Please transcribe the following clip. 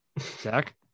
Zach